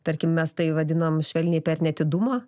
tarkim mes tai vadinam švelniai per neatidumą